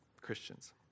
Christians